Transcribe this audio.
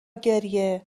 گریه